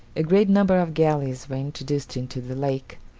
a great number of galleys were introduced into the lake.